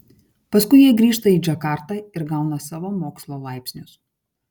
paskui jie grįžta į džakartą ir gauna savo mokslo laipsnius